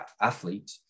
athlete